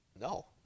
no